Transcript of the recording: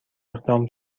اقدام